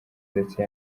ndetse